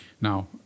Now